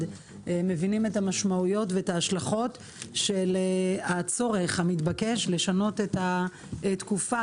מבינים את המשמעויות ואת ההשלכות של הצורך המתבקש לשנות את התקופה,